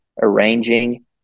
arranging